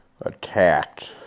attacked